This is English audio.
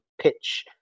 pitch